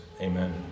Amen